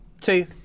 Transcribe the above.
two